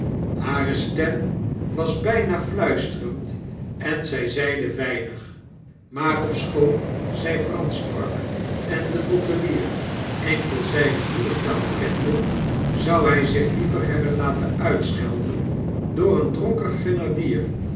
hare stem was byna fluisterend en zj zeide weinig maar ofschoon zy fransch sprak en de bottelier enkel zyne moedertaal kende zou hy zich liever hebben laten uitschelden door een dronken grenadier